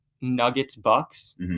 Nuggets-Bucks